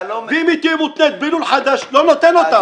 ואם זה יהיה מותנה בלול חדש, לא נותן אותה.